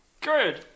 Good